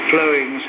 flowing